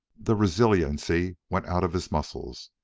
the resiliency went out of his muscles,